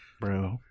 bro